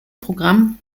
programm